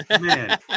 Man